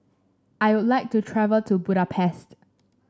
I would like to travel to Budapest